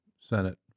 Senate